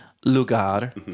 lugar